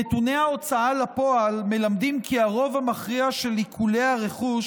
נתוני ההוצאה לפועל מלמדים כי הרוב המכריע של עיקולי הרכוש